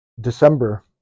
December